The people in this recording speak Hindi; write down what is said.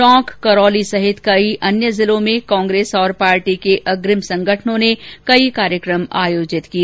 टोंक करौली सहित कई अन्य जिलों में कांग्रेस और पार्टी के अग्रिम संगठनों ने कई कार्यक्रम आयोजित किए